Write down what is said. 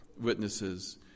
witnesses